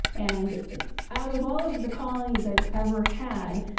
and out of all of the colonies i've ever had,